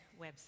website